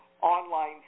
online